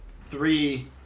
Three